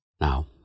now